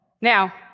Now